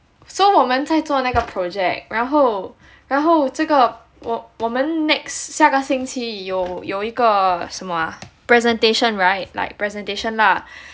so 我们在做那个 project 然后然后这个我我们 next 下个星期有有一个什么 ah presentation [right] like presentation lah